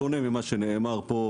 בשונה ממה שנאמר פה,